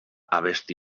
abesti